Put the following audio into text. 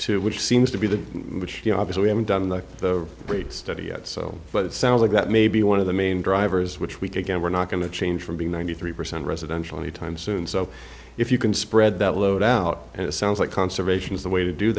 to which seems to be the obvious we haven't done the great study yet so but it sounds like that may be one of the main drivers which week again we're not going to change from being ninety three percent residential anytime soon so if you can spread that load out and it sounds like conservation is the way to do